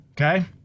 okay